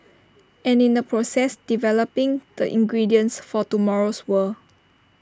and in the process developing the ingredients for tomorrow's world